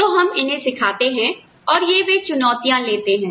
तो हम इन्हें सिखाते हैं और ये वे चुनौतियाँ लेते हैं